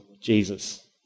Jesus